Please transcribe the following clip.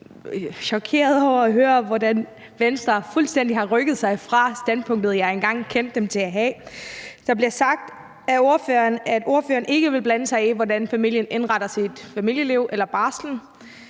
utrolig chokeret over at høre, hvordan Venstre fuldstændig har rykket sig fra det standpunkt, jeg engang kendte dem som nogle der havde. Der bliver sagt af ordføreren, at hun ikke vil blande sig i, hvordan familien indretter sit familieliv eller barslen,